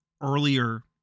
earlier